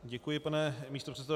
Děkuji, pane místopředsedo.